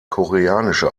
koreanische